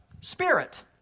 spirit